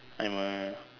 I'm a